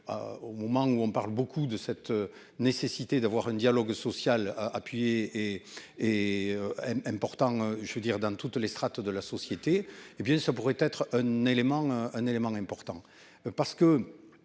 Au moment où on parle beaucoup de cette nécessité d'avoir un dialogue social appuyé et et un important je veux dire dans toutes les strates de la société. Eh bien ça pourrait être un élément, un